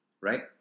right